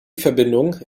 verbindung